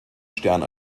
stern